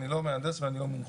אני לא מהנדס ואני לא מומחה.